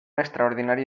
extraordinario